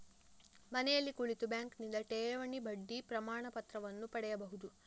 ಮನೆಯಲ್ಲಿ ಕುಳಿತು ಬ್ಯಾಂಕಿನಿಂದ ಠೇವಣಿ ಬಡ್ಡಿ ಪ್ರಮಾಣಪತ್ರವನ್ನು ಪಡೆಯಬಹುದು